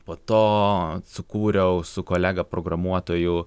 po to sukūriau su kolega programuotoju